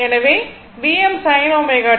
எனவே Vm sin ω t